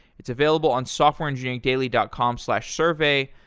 it's available on softwareengineeringdaily dot com slash survey.